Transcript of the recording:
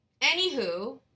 Anywho